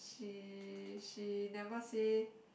she she never say